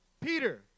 Peter